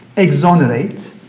exonerate